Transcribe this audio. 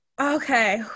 Okay